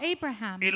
Abraham